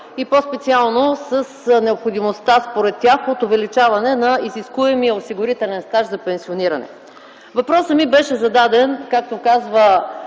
и по-специално с необходимостта според тях от увеличаване на изискуемия осигурителен стаж за пенсиониране. Въпросът ми беше зададен, както казва